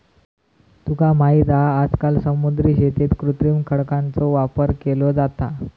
तुका माहित हा आजकाल समुद्री शेतीत कृत्रिम खडकांचो वापर केलो जाता